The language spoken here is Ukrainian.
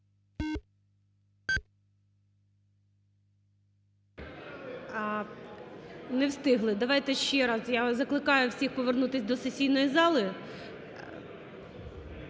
Не встигли. Давайте ще раз. Я закликаю всіх повернутись до сесійної зали.